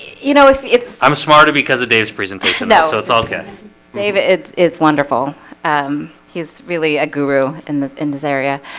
you know if it's i'm smarter because of dave's presentation. yeah so it's okay david. it's it's wonderful he's really a guru in this in this area